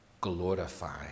glorify